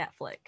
Netflix